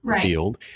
field